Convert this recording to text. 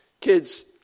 Kids